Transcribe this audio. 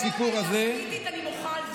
אני מוחה על זה.